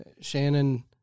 Shannon